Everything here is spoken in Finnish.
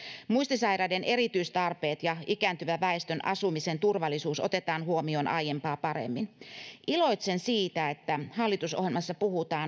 muistisairaiden erityistarpeet ja ikääntyvän väestön asumisen turvallisuus otetaan huomioon aiempaa paremmin iloitsen siitä että hallitusohjelmassa puhutaan